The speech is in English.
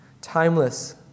timeless